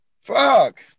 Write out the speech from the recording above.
Fuck